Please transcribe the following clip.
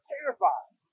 Terrified